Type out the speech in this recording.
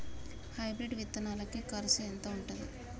Hybrid విత్తనాలకి కరుసు ఎంత ఉంటది?